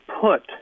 put